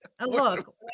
look